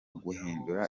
guhindura